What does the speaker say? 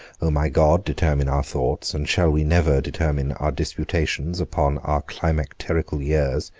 o my god, determine our thoughts, and shall we never determine our disputations upon our climacterical years,